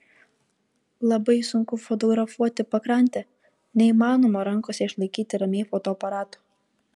labai sunku fotografuoti pakrantę neįmanoma rankose išlaikyti ramiai fotoaparato